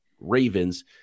Ravens